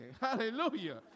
Hallelujah